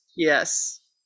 Yes